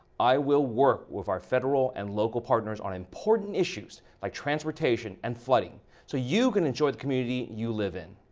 i will work with our federal and local partners on important issues, like transportation and flooding so you can enjoy the community you live in.